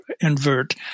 invert